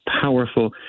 powerful